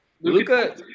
Luca